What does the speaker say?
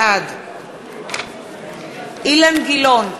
בעד אילן גילאון,